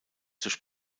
durch